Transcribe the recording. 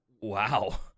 wow